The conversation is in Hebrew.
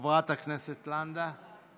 חברת הכנסת לנדה,